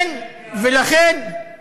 (אומר דברים בשפה הערבית,